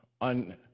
on